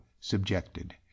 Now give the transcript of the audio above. subjected